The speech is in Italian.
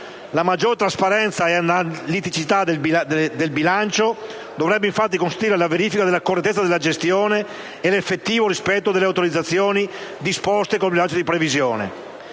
La maggiore trasparenza ed analiticità delle risultanze di bilancio dovrebbe, infatti, consentire la verifica della correttezza della gestione e l'effettivo rispetto delle autorizzazioni disposte con il bilancio di previsione.